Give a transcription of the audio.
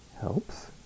helps